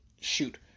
shoot